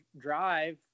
drive